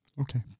Okay